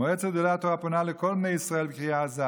"מועצת גדולי התורה פונה לכל בני ישראל בקריאה עזה